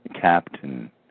Captain